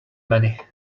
many